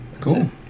Cool